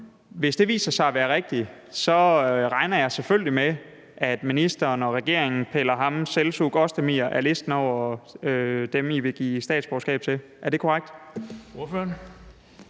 Hvis det viser sig at være rigtigt, regner jeg selvfølgelig med, at ministeren og regeringen piller ham Selcuk Özdemir af listen over dem, I vil give statsborgerskab til. Er det korrekt?